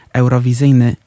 eurowizyjny